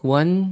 one